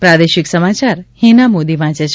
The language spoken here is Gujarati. પ્રાદેશિક સમાચાર હિના મોદી વાંચે છે